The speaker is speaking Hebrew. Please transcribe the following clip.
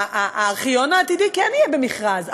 הארכיון העתידי כן יהיה במכרז.